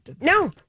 No